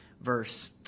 verse